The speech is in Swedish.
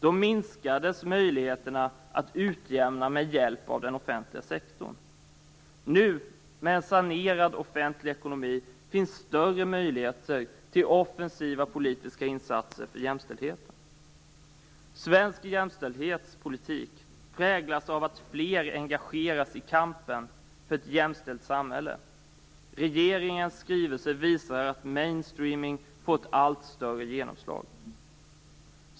Då minskades möjligheterna att utjämna med hjälp av den offentliga sektorn. Nu, med en sanerad offentlig ekonomi, finns det större möjligheter till offensiva politiska insatser för jämställdheten. Svensk jämställdhetspolitik präglas av att fler engageras i kampen för ett jämställt samhälle. Regeringens skrivelse visar att mainstreaming fått ett allt större genomslag.